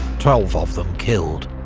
twelve of them killed.